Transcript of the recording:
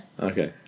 Okay